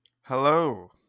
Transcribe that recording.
Hello